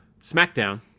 SmackDown